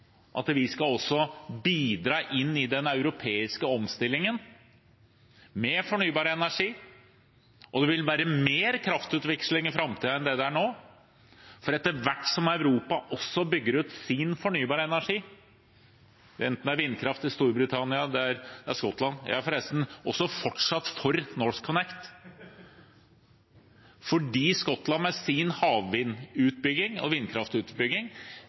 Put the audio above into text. at vi også skal bidra inn i den europeiske omstillingen med fornybar energi. Og det vil være mer kraftutveksling i framtiden enn det det er nå, for etter hvert som Europa også bygger ut sin fornybare energi – enten det er vindkraft til Storbritannia eller Skottland. Jeg er forresten fortsatt også for NorthConnect fordi Skottland med sin havvindutbygging og vindkraftutbygging